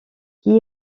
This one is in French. qui